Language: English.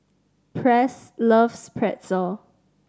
Press loves Pretzel